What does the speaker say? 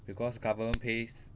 because government pays